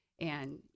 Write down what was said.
and-